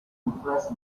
impressed